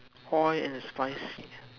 oil and spicy